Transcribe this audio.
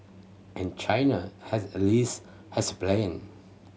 and China has a least has a plan